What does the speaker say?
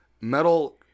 metal